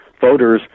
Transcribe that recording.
voters